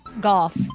Golf